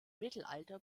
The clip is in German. mittelalter